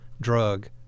drug